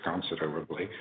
considerably